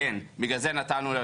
ולכן אני רוצה לשאול שאלה.